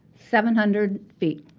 seven hundred feet.